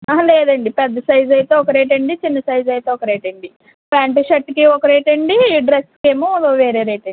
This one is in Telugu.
లేదండి పెద్ద సైజ్ అయితే ఒక రేట్ అండి చిన్న సైజ్ అయితే ఒక రేట్ అండి ప్యాంటు షర్ట్కి ఒక రేట్ అండి డ్రస్కి ఏమో వేరే రేట్ అండి